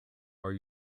are